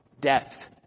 Death